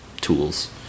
tools